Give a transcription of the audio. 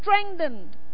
strengthened